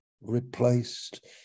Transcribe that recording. replaced